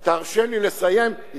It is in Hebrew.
לא לא, עם כל הכבוד.